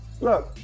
look